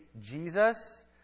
Jesus